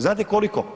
Znate koliko?